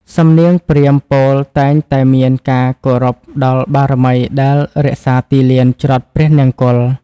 សំនៀងព្រាហ្មណ៍ពោលតែងតែមានការគោរពដល់បារមីដែលរក្សាទីលានច្រត់ព្រះនង្គ័ល។